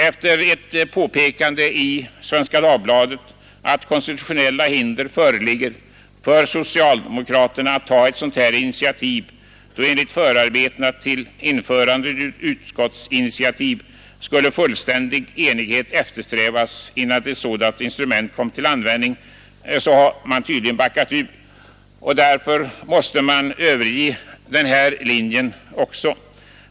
Efter ett påpekande i Svenska Dagbladet att konstitutionella hinder föreligger för socialdemokraterna att ta ett sådant initiativ — vid införandet av utskottens initiativrätt angavs nämligen i förarbetena till bestämmelserna att fullständig enighet skulle eftersträvas innan ett sådant instrument kom till användning — har man sedan tydligen backat ur. Man tvingades alltså överge den linjen också.